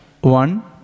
one